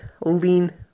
lean